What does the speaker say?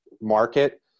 market